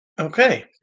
Okay